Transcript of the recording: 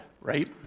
right